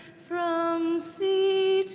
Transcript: from sea